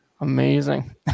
Amazing